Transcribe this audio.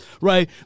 right